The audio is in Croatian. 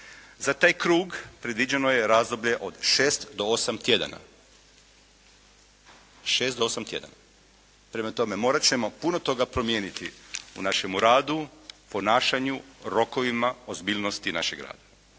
Za taj krug predviđeno je razdoblje od 6 do 8 tjedana. Prema tome, morat ćemo puno toga promijeniti u našemu radu, ponašanju, rokovima, ozbiljnosti našeg rada.